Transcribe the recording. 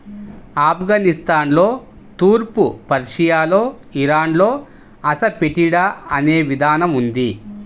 ఆఫ్ఘనిస్తాన్లో, తూర్పు పర్షియాలో, ఇరాన్లో అసఫెటిడా అనే విధానం ఉంది